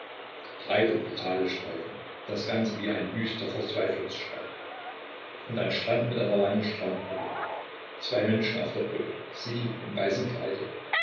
breite brutale streifen das ganze wie ein wüster verzweiflungsschrei und ein strand mit einer langen strandbrücke zwei menschen auf der brücke sie im weißen kleide